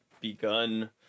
begun